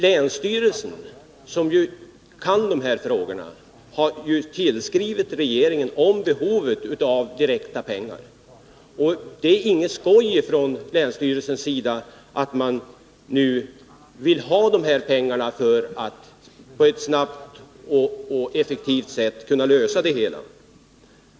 Länsstyrelsen, som ju kan de här frågorna, har tillskrivit regeringen rörande behovet av att få pengar direkt, och det är inget skoj från länsstyrelsens sida att man nu vill ha de här pengarna för att snabbt och effektivt kunna lösa problemen.